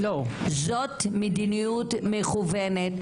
זאת מדיניות מכוונת,